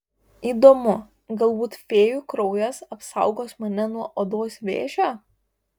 įdomu galbūt fėjų kraujas apsaugos mane nuo odos vėžio